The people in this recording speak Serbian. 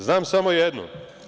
Znam samo jedno.